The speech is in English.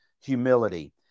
humility